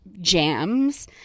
jams